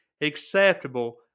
acceptable